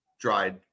Dried